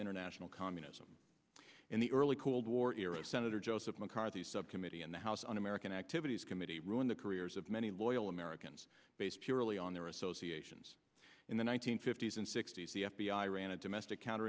international communism in the early cold war era senator joseph mccarthy subcommittee in the house un american activities committee ruin the careers of many loyal americans based purely on their associations in the one nine hundred fifty s and sixty's the f b i ran a domestic counter